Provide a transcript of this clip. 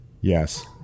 Yes